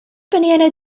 banana